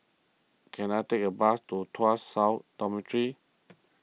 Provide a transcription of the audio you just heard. can I take a bus to Tuas South Dormitory